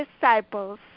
disciples